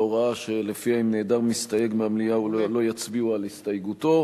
בהוראה שלפיה אם נעדר המסתייג מהמליאה לא יצביעו על הסתייגותו.